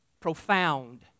profound